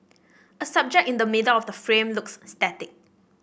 a subject in the middle of the frame looks static